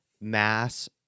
mass